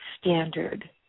standard